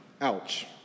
Ouch